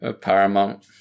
Paramount